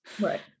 Right